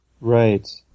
Right